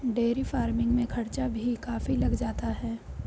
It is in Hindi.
डेयरी फ़ार्मिंग में खर्चा भी काफी लग जाता है